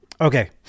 okay